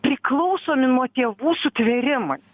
priklausomi nuo tėvų sutvėrimai